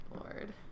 Lord